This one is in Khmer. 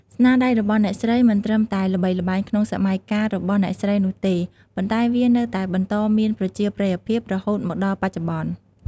ស្នាដៃរបស់អ្នកស្រីមិនត្រឹមតែល្បីល្បាញក្នុងសម័យកាលរបស់អ្នកស្រីនោះទេ ប៉ុន្តែវានៅតែបន្តមានប្រជាប្រិយភាពរហូតមកដល់បច្ចុប្បន្ន។